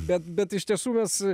bet bet iš tiesų mes